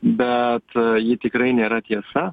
bet ji tikrai nėra tiesa